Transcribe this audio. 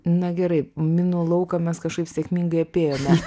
na gerai minų lauką mes kažkaip sėkmingai apėjome